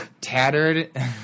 Tattered